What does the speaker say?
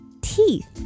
teeth